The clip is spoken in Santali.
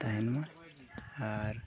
ᱛᱟᱦᱮᱱ ᱢᱟ ᱟᱨ